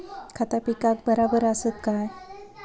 खता पिकाक बराबर आसत काय?